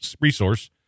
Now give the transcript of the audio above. resource